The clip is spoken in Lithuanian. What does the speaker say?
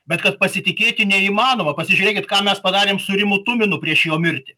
bet kad pasitikėti neįmanoma pasižiūrėkit ką mes padarėm su rimu tuminu prieš jo mirtį